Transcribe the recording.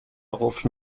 قفل